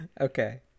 Okay